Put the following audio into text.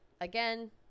Again